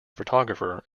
photographer